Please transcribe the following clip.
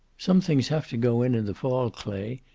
some things have to go in in the fall, clay.